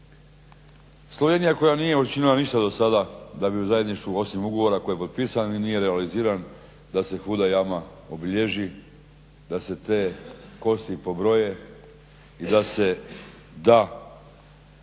Slovenija koja nije učinila ništa dosada da bi u zajedništvu osim ugovora koji je potpisan i nije realiziran da se Huda jama obilježi, da se te kosti pobroje i da se da